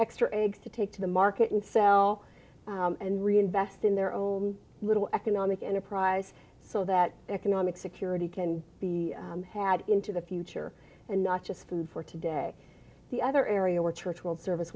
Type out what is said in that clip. extra eggs to take to the market and sell and reinvest in their own little economic enterprise so that economic security can be had into the future and not just food for today the other area where church world service